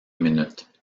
minutes